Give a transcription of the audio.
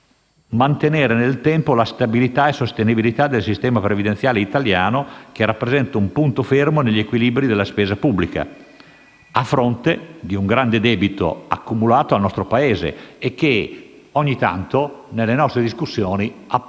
mantenere, nel tempo, la stabilità e la sostenibilità del sistema previdenziale italiano, che rappresenta un punto fermo negli equilibri della spesa pubblica, a fronte del grande debito accumulato dal nostro Paese, che però ogni tanto scompare dalle nostre discussioni.